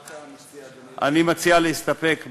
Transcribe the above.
מה אתה מציע, אדוני?